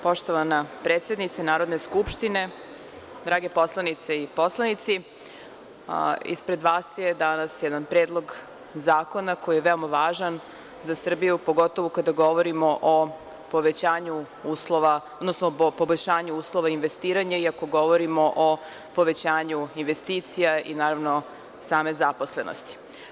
Poštovana predsednice Narodne skupštine, drage poslanice i poslanici, ispred vas je danas jedan Predlog zakona koji je veoma važan za Srbiju, pogotovo kada govorimo o povećanju uslova, odnosno poboljšanju uslovainvestiranja i ako govorimo o povećanju investicija i naravno same zaposlenosti.